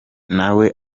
nawe